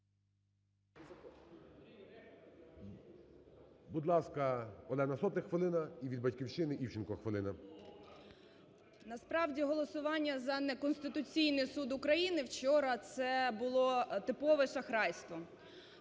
Насправді, голосування за "неконституційний суд" України вчора це було типовим шахрайством.